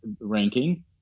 ranking